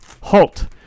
halt